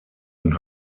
und